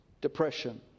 Depression